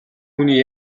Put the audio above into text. хүний